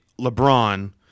LeBron